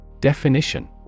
Definition